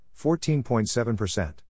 14.7%